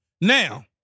Now